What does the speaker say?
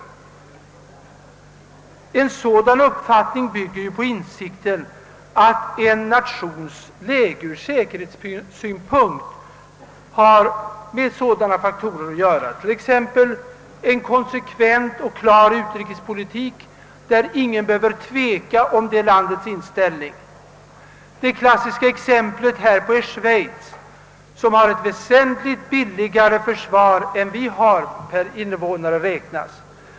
En sådan faktor är en klar utrikespolitik så att ingen behöver tveka om landets inställning. Det klassiska exemplet härpå är Schweiz, som har ett väsentligt billigare försvar än vi har per invånare räknat.